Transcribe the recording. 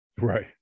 Right